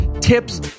tips